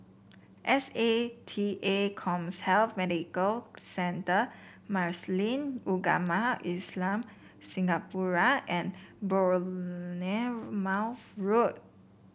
S A T A CommHealth Medical Centre Muslin Ugama Islam Singapura and Bournemouth Road